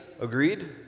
Agreed